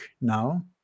now